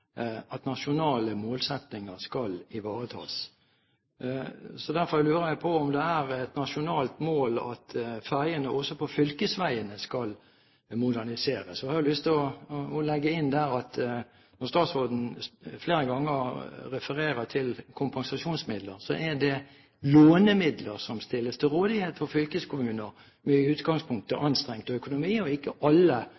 et nasjonalt mål at ferjene også på fylkesveiene skal moderniseres. Jeg har lyst til å legge inn der når statsråden flere ganger refererer til kompensasjonsmidler, at det er lånemidler som stilles til rådighet for fylkeskommuner med i utgangspunktet